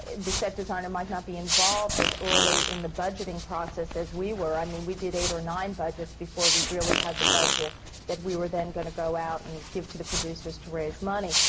the set designer might not be involved as early in the budgeting process as we were. i mean, we did eight or nine budgets before we really had the budget that we were then going to go out and give to the producers to raise money.